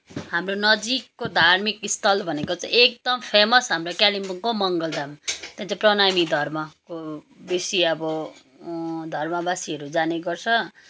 हाम्रो नजिकको धार्मिक स्थल भनेको चाहिँ एकदम फेमस हाम्रो कालिम्पोङको मङ्गलधाम त्यहाँ त प्रणामी धर्मको बेसी अब धर्मवासीहरू जानेगर्छ